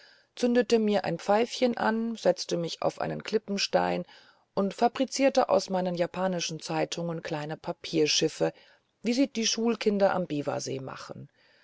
zündete mir ein pfeifchen an setzte mich auf einen klippenstein und fabrizierte aus meinen japanischen zeitungen kleine papierschiffe wie sie die schulkinder am biwasee machen